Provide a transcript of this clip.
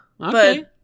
Okay